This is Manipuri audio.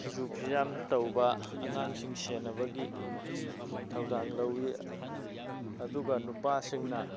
ꯐꯤꯁꯨ ꯐꯤꯖꯥꯝ ꯇꯧꯕ ꯑꯉꯥꯡꯁꯤꯡ ꯁꯦꯟꯅꯕꯒꯤ ꯊꯧꯗꯥꯡ ꯂꯧꯋꯤ ꯑꯗꯨꯒ ꯅꯨꯄꯥꯁꯤꯡꯅ